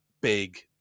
big